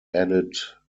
added